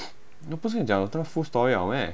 我不是跟你讲这这个 full story liao meh